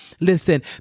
Listen